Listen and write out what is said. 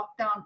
lockdown